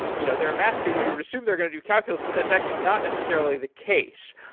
you know, they're a math tutor, you'd assume they're going to do calculus but that's actually not necessarily the case.